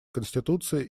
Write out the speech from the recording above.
конституции